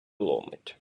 ломить